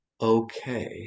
okay